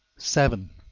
seven.